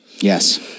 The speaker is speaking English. Yes